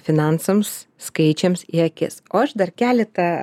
finansams skaičiams į akis o aš dar keleta